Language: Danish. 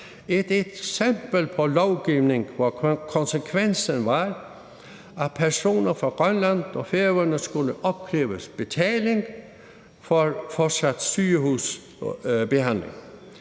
et eksempel på lovgivning, hvor konsekvensen var, at personer fra Grønland og Færøerne skulle opkræves betaling for fortsat sygehusbehandling.